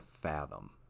fathom